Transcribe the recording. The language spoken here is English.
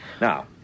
Now